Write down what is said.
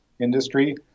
industry